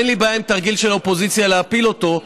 אין לי בעיה עם תרגיל של האופוזיציה להפיל אותה.